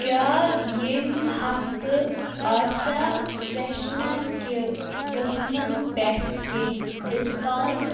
کیٛاہ ییٚمہِ ہفتہٕ آسیٛا فرٛٮ۪شنَرکہِ قٕسمَن پٮ۪ٹھ کینٛہہ ڈِسکاوُنٛٹ